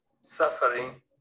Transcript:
suffering